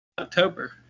october